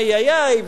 איי-איי-איי"